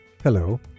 Hello